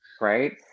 Right